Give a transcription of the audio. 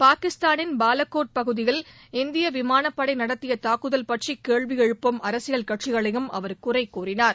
பாகிஸ்தானின் பாலகோட் பகுதியில் இந்திய விமானப்படை நடத்திய தாக்குதல் பற்றி கேள்வி எழுப்பும் அரசியல் கட்சிகளையும் அவர் குறை கூறினார்